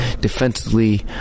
defensively